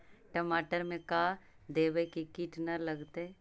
टमाटर में का देबै कि किट न लगतै?